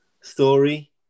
story